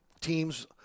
teams